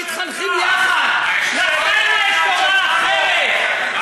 ניסיתם לפגוע במסורת שלנו, של אלה מארצות המזרח.